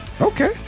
Okay